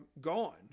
gone